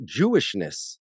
Jewishness